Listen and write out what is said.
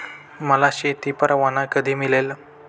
मला शेती परवाना कधी मिळेल?